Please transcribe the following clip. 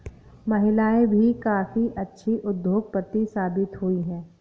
महिलाएं भी काफी अच्छी उद्योगपति साबित हुई हैं